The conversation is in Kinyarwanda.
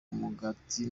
umugati